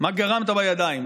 מה גרמת בידיים.